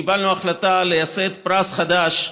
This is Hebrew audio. קיבלנו החלטה לייסד פרס חדש,